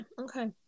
okay